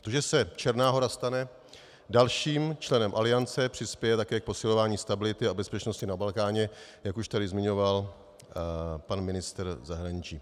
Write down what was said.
To, že se Černá Hora stane dalším členem Aliance, přispěje také k posilování stability a bezpečnosti na Balkáně, jak už tady zmiňoval pan ministr zahraničí.